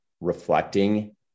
reflecting